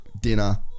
dinner